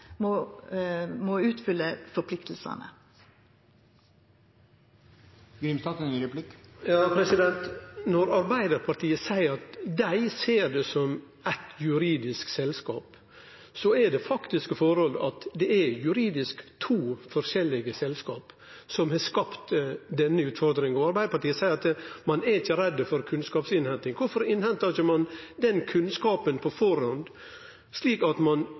må oppfylla forpliktingane. Når Arbeidarpartiet seier at dei ser det som eitt juridisk selskap, er det faktiske slik at det juridisk sett er to forskjellige selskap som har skapt denne utfordringa. Arbeidarpartiet seier at dei ikkje er redde for kunnskapsinnhenting, men kvifor henta ein ikkje inn den kunnskapen på førehand, slik at ein